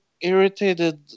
irritated